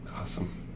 Awesome